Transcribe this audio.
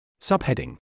Subheading